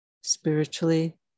spiritually